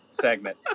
segment